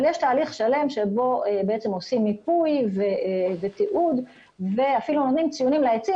יש תהליך שלם בו בעצם עושים מיפוי ותיאום ואפילו נותנים ציונים לעצים,